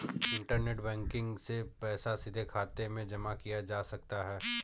internet banking से पैसा सीधे खाते में जमा किया जा सकता है